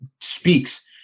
speaks